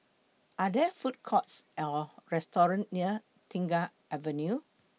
Are There Food Courts Or restaurants near Tengah Avenue